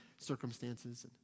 circumstances